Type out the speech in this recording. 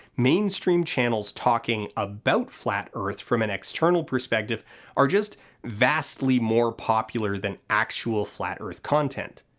mainstream channels talking about flat earth from an external perspective are just vastly more popular than actual flat earth content.